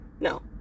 No